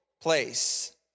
place